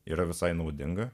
yra visai naudinga